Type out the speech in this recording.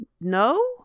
No